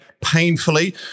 painfully